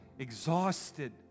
exhausted